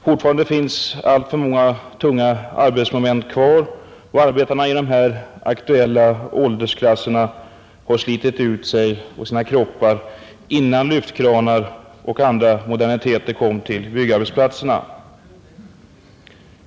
Fortfarande finns alltför många tunga arbetsmoment kvar, och arbetarna i de här aktuella åldersklasserna har slitit ut sina kroppar innan lyftkranar och andra moderniteter kom till byggarbetsplatserna.